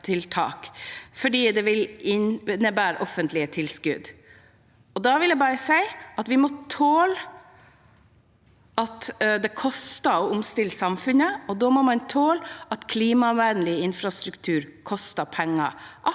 da det vil innebære offentlige tilskudd. Til det vil jeg si at vi må tåle at det koster å omstille samfunnet. Man må tåle at klimavennlig infrastruktur koster penger,